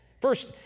First